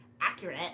accurate